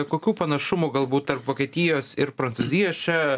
kokių panašumų galbūt tarp vokietijos ir prancūzijos čia